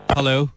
Hello